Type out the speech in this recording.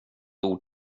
ord